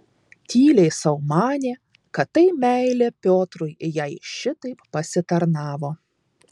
tyliai sau manė kad tai meilė piotrui jai šitaip pasitarnavo